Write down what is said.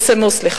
אבל,